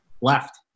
left